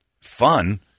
fun